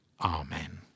Amen